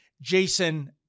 Jason